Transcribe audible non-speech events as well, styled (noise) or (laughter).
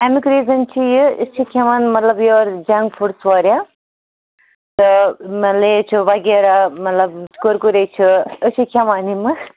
اَمیُک ریٖزَن چھُ یہِ أسۍ چھِ کھٮ۪وان مَطلَب یورٕ جَنٛک فُڈٕس واریاہ تہٕ (unintelligible) لیز چھِ وغیرہ مطلب کُرکُرے چھِ أسۍ چھِ کھٮ۪وان یِمہٕ